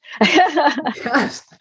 Yes